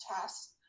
tasks